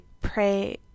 pray